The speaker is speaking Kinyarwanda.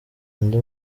undi